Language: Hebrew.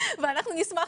נשמח